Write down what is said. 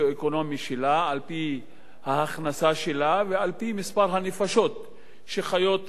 על-פי ההכנסה שלה ועל-פי מספר הנפשות שחיות בבית,